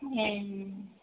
ए